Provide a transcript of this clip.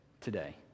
today